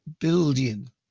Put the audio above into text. billion